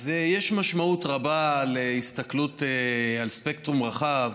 אז יש משמעות רבה להסתכלות על ספקטרום רחב,